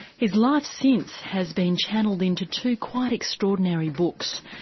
his life since has been channelled into two quite extraordinary books,